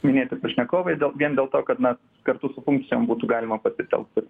minėti pašnekovai dėl vien dėl to kad na kartu su funkcijom būtų galima pasitelkt ir